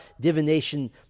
divination